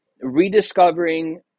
Rediscovering